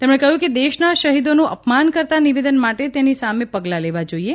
તેમણે કહ્યું કે દેશના શહીદોનું અપમાન કરતા નિવેદન માટે તેની સામે પગલાં લેવાં જોઇએ